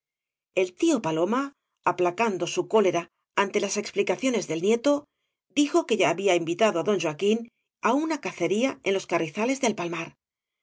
el tío paloma aplacando su cólera ante las explicaciones del nieto dijo que ya había invitado á don joaquín á una cacería en los carrizales del palmar